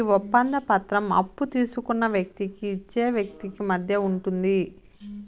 ఈ ఒప్పంద పత్రం అప్పు తీసుకున్న వ్యక్తికి ఇచ్చే వ్యక్తికి మధ్య ఉంటుంది